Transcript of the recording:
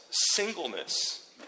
singleness